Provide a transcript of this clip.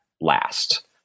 last